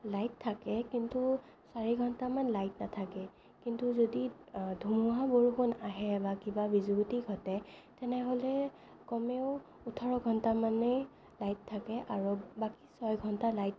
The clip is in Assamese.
লাইট থাকে কিন্তু চাৰি ঘণ্টামান লাইট নাথাকে কিন্তু যদি ধুমুহা বৰষুণ আহে বা কিবা বিজুতি ঘটে তেনেহ'লে কমেও ওঠৰ ঘণ্টামানেই লাইট থাকে আৰু বাকী ছয় ঘণ্টা লাইট